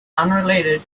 unrelated